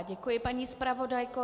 Děkuji paní zpravodajko.